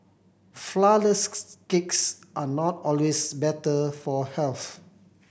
flourless cakes are not always better for health